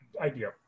idea